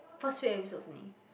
first few episodes only